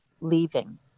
leaving